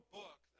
book